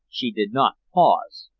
she did not pause.